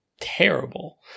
terrible